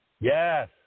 Yes